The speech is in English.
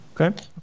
Okay